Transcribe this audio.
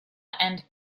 and